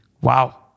Wow